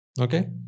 Okay